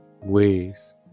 ways